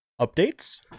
updates